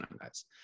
guys